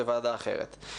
אז בוועדה אחרת.